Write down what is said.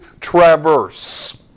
traverse